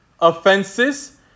offenses